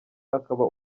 akaba